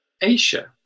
Asia